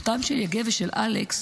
מותם של יגב ושל אלכס